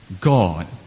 God